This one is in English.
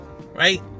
right